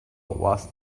was